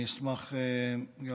אני אשמח אם